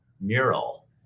mural